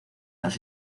las